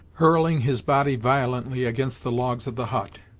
hurling his body violently against the logs of the hut.